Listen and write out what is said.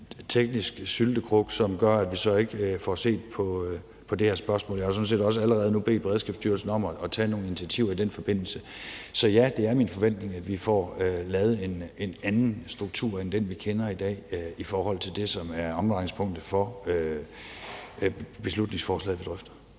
i en teknisk syltekrukke, som gør, at vi så ikke får set på det her spørgsmål. Jeg har jo sådan set også allerede nu bedt Beredskabsstyrelsen om at tage nogle initiativer i den forbindelse. Så ja, det er min forventning, at vi får lavet en anden struktur end den, vi kender i dag, i forhold til det, som er omdrejningspunktet for beslutningsforslaget, vi drøfter.